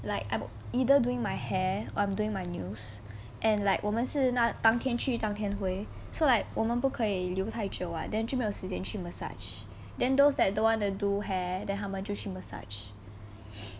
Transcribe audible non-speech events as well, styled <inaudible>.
like I'm either doing my hair or I'm doing my nails and like 我们是当天去当天回 so like 我们不可以留太久 [what] then 就没有时间去 massage then those that don't want to do hair then 他们就 massage <breath>